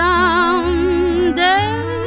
Someday